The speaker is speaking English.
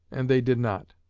and they did not.